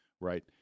right